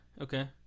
okay